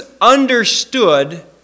understood